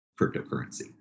cryptocurrency